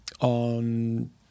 on